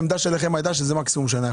שלכם היתה שזה יכול לקחת מקסימום שנה.